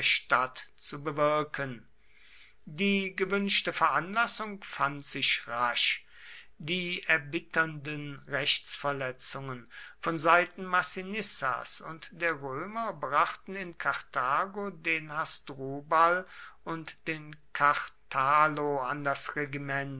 stadt zu bewirken die gewünschte veranlassung fand sich rasch die erbitternden rechtsverletzungen von seiten massinissas und der römer brachten in karthago den hasdrubal und den karthalo an das regiment